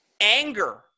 anger